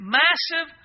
massive